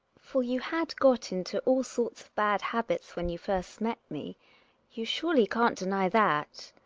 for you had got into all sorts of bad habits when you first met me you surely can't deny that.